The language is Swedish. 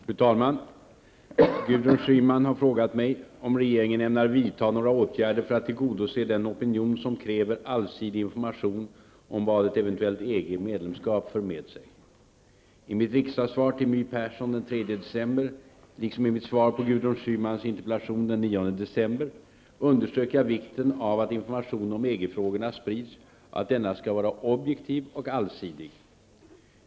Fru talman! Gudrun Schyman har frågat mig om regeringen ämnar vidta några åtgärder för att tillgodose den opinion som kräver allsidig information om vad ett eventuellt EG-medlemskap för med sig. I mitt riksdagssvar till My Persson den 3 december, liksom i mitt svar på Gudrun Schymans interpellation den 9 december, underströk jag vikten av att information om EG-frågorna sprids och att denna skall vara objektiv och allsidig.